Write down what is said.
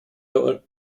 der